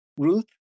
Ruth